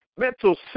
mental